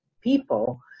people